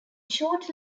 short